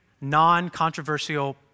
non-controversial